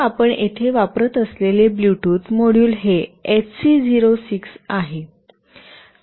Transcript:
आता आपण येथे वापरत असलेले ब्लूटूथ मॉड्यूल हे HC 06 आहे